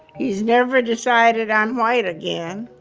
he's never decided on white again.